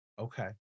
okay